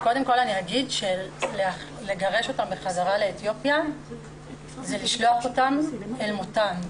קודם כל אגיד שלגרש אותן חזרה לאתיופיה זה לשלוח אותן למותן,